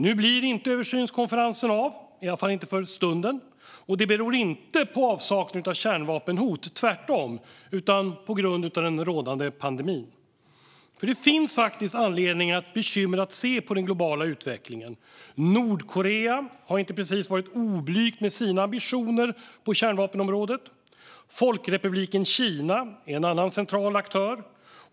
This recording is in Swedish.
Nu blir inte översynskonferensen av, i varje fall inte för stunden. Det beror inte på avsaknaden av kärnvapenhot, tvärtom, utan på grund av den rådande pandemin. Det finns anledning att bekymrat se på den globala utvecklingen. Nordkorea har inte precis varit oblygt med sina ambitioner på kärnvapenområdet. Folkrepubliken Kina är en annan central aktör.